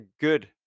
good